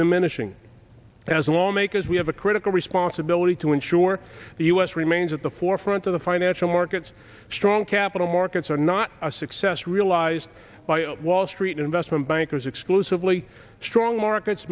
diminishing as lawmakers we have a critical responsibility to ensure the u s remains at the forefront of the financial markets strong capital markets are not a success realized by wall street investment bankers exclusively strong markets